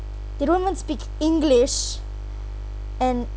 they don't even speak english and